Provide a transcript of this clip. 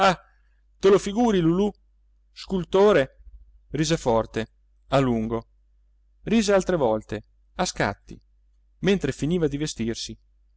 te lo figuri lulù scultore rise forte a lungo rise altre volte a scatti mentre finiva di vestirsi